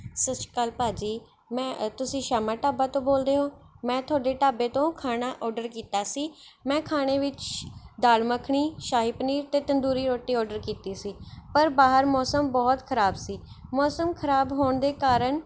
ਸਤਿ ਸ਼੍ਰੀ ਅਕਾਲ ਭਾਅ ਜੀ ਮੈਂ ਤੁਸੀਂ ਸ਼ਾਮਾ ਢਾਬਾ ਤੋਂ ਬੋਲਦੇ ਹੋ ਮੈਂ ਤੁਹਾਡੇ ਢਾਬੇ ਤੋਂ ਖਾਣਾ ਔਡਰ ਕੀਤਾ ਸੀ ਮੈਂ ਖਾਣੇ ਵਿੱਚ ਦਾਲ ਮੱਖਣੀ ਸ਼ਾਹੀ ਪਨੀਰ ਅਤੇ ਤੰਦੂਰੀ ਰੋਟੀ ਔਡਰ ਕੀਤੀ ਸੀ ਪਰ ਬਾਹਰ ਮੌਸਮ ਬਹੁਤ ਖਰਾਬ ਸੀ ਮੌਸਮ ਖਰਾਬ ਹੋਣ ਦੇ ਕਾਰਨ